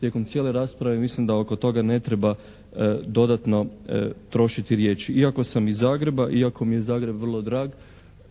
tijekom cijele rasprave i mislim da oko toga ne treba dodatno trošiti riječi. Iako sam iz Zagreba, iako mi je Zagreb vrlo drag